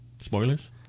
spoilers